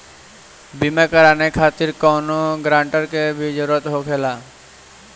बीमा कराने खातिर कौनो ग्रानटर के भी जरूरत होखे ला?